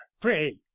pray